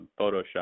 Photoshop